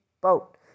boat